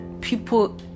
People